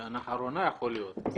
בשנה האחרונה, יכול להיות.